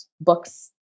books